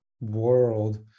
world